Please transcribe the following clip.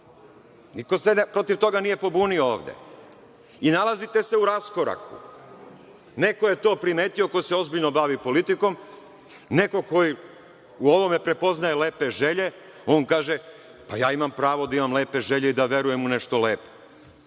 niko se protiv toga nije pobunio i nalazite se u raskoraku. Neko je to primetio ko se ozbiljno bavi politikom, neko ko u ovome prepoznaje lepe želje, on kaže – pa, ja imam pravo da imam lepe želje da verujem u nešto lepo.